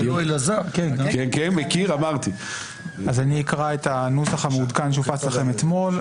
אני אקרא את הנוסח המעודכן שהופץ לכם אתמול,